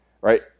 right